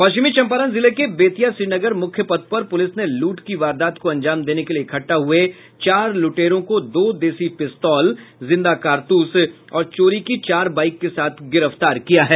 पश्चिमी चंपारण जिला के बेतिया श्रीनगर मुख्य पथ पर पुलिस ने लूट की वारदात को अंजाम देने के लिए इकट्ठा हुए चार लूटेरों को दो देशी पिस्तौल जिंदा कारतूस और चोरी की चार बाईक के साथ गिरफ्तार किया है